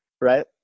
right